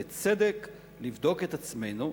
בצדק: לבדוק את עצמנו,